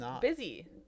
busy